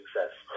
success